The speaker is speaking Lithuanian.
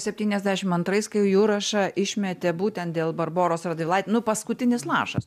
septyniasdešim antrais kai jurašą išmetė būten dėl barboros radvilait nu paskutinis lašas